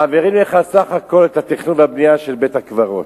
מעבירים לך בסך הכול את התכנון והבנייה של בית-הקברות.